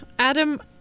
Adam